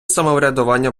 самоврядування